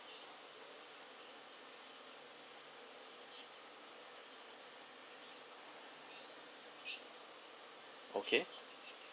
okay